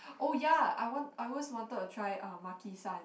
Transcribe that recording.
oh ya I want I always wanted to try uh Makisan